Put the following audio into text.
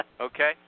Okay